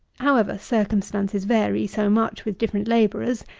however, circumstances vary so much with different labourers,